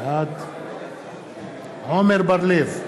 בעד עמר בר-לב,